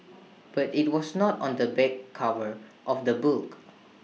but IT was not on the back cover of the book